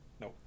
No